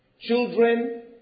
Children